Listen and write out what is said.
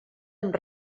amb